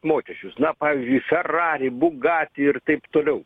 mokesčius na pavyzdžiui ferari bugati ir taip toliau